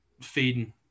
feeding